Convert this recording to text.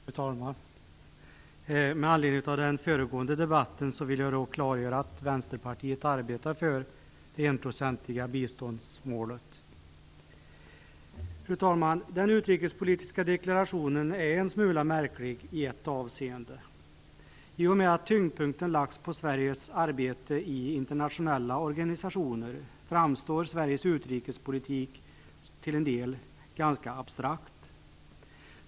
Fru talman! Med anledning av den föregående debatten vill jag klargöra att Vänsterpartiet arbetar för det enprocentiga biståndsmålet. Fru talman! Den utrikespolitiska deklarationen är en smula märklig i ett avseende. I och med att tyngdpunkten lagts på Sveriges arbete i internationella organisationer framstår Sveriges utrikespolitik till en del ganska abstrakt.